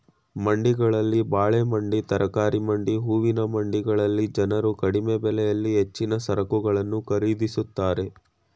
ಮಂಡಿಗಳಲ್ಲಿ ಬಾಳೆ ಮಂಡಿ, ತರಕಾರಿ ಮಂಡಿ, ಹೂವಿನ ಮಂಡಿಗಳಲ್ಲಿ ಜನರು ಕಡಿಮೆ ಬೆಲೆಯಲ್ಲಿ ಹೆಚ್ಚಿನ ಸರಕುಗಳನ್ನು ಖರೀದಿಸುತ್ತಾರೆ